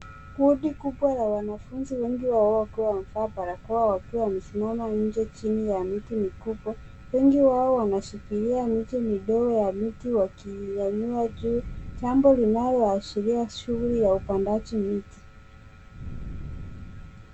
Kundi kubwa la wanafunzi, wengi wao wakiwa wamevaa barakoa wakiwa wamesimama nje chini ya miti mikubwa. Wengi wao wameshikilia miche midogo ya miti wakiwa wameinua juu. Jambo linaloashiria shughuli ya upandaji wa miti.